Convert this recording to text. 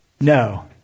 No